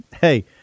Hey